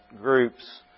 groups